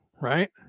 right